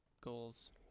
goals